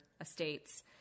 estates